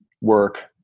work